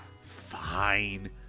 fine